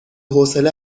حوصله